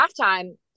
halftime